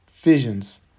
visions